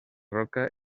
roca